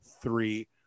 three